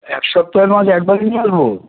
এক সপ্তাহের মাছ একবারে নিয়ে আসব